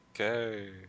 Okay